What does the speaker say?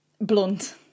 blunt